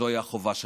זוהי החובה שלנו.